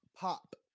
pop